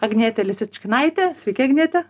agnietė lisičkinaitė sveiki agniete